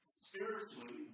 spiritually